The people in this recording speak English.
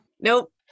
nope